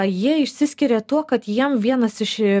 jie išsiskiria tuo kad jiem vienas iš